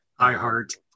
iHeart